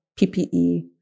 PPE